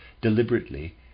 deliberately